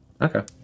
Okay